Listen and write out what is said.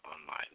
online